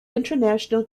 international